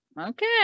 Okay